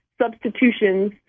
substitutions